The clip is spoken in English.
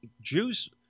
Jews